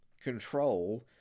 control